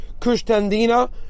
Kushtandina